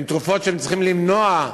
אלה תרופות שצריכות למנוע,